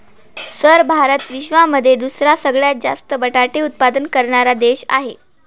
sir Bharat विश्वामध्ये दुसरा सगळ्यात जास्त बटाटे उत्पादन करणारा देश आहे